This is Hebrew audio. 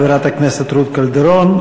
תודה לחברת הכנסת רות קלדרון.